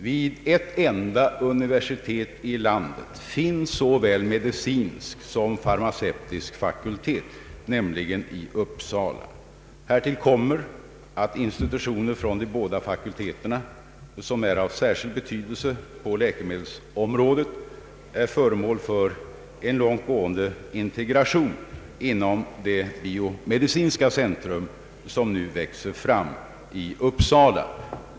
Vid ett enda universitet i landet finns såväl medicinsk som farmaceutisk fakultet, och det är i Uppsala. Härtill kommer att institutioner under de båda fakulteterna som har särskild betydelse på läkemedelsområdet är föremål för en långtgående integration inom det biomedicinska centrum som nu växer fram i Uppsala.